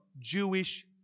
Jewish